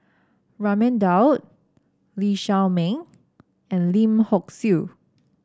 Raman Daud Lee Shao Meng and Lim Hock Siew